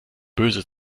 böse